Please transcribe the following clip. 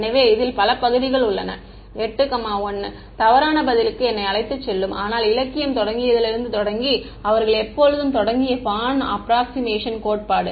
எனவே இதில் பல பகுதிகள் உள்ளன 81 தவறான பதிலுக்கு என்னை அழைத்துச் செல்லும் ஆனால் இலக்கியம் தொடங்கியதிலிருந்து தொடங்கி அவர்கள் எப்போதும் தொடங்கிய பார்ன் ஆஃப்ரோக்ஸிமேஷன் கோட்பாடு